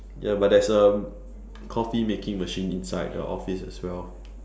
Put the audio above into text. ya but there's a coffee making machine inside the office as well